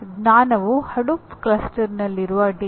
ಜ್ಞಾನವು ಹಡೂಪ್ ಕ್ಲಸ್ಟರ್ನಲ್ಲಿರುವ ಡೇಟಾ